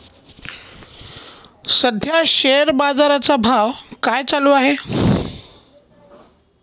सध्या शेअर बाजारा चा भाव काय चालू आहे?